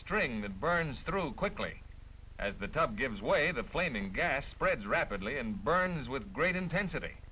string that burns through quickly as the top gives way the flaming gas spreads rapidly and burns with great intensity